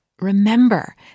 remember